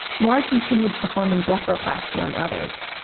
millard continued performing blepharoplasty on others,